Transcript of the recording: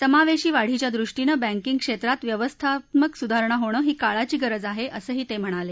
समावेशी वाढीच्या दृष्टीनं बैंकींग क्षेत्रात व्यवस्थात्मक सुधारणा होणं ही काळाची गरज आहे असंही ते म्हणाले